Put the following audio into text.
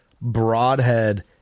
broadhead